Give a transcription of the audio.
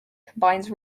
combines